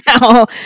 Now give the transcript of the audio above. now